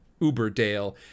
Uberdale